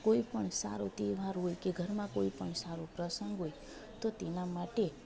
કોઈ પણ સારો તહેવાર હોય કે ઘરમાં કોઈ પણ સારો પ્રસંગ હોય તો તેના માટે